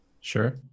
Sure